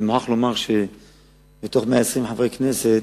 אני מוכרח לומר שמתוך 120 חברי הכנסת,